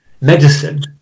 medicine